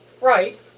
Right